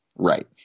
Right